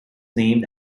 named